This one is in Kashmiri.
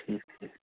ٹھیٖک چھُ